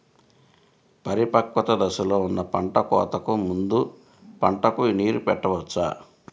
పరిపక్వత దశలో ఉన్న పంట కోతకు ముందు పంటకు నీరు పెట్టవచ్చా?